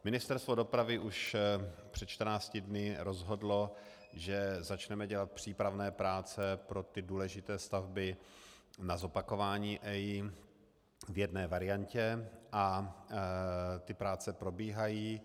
Ministerstvo dopravy už před 14 dny rozhodlo, že začneme dělat přípravné práce pro ty důležité stavby na zopakování EIA v jedné variantě a ty práce probíhají.